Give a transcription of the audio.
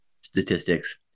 statistics